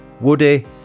Woody